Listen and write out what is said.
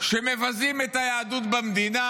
שמבזים את היהדות במדינה.